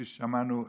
כפי ששמענו,